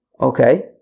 Okay